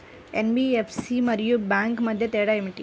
NBFC మరియు bank మధ్య తేడా ఏమిటి?